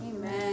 Amen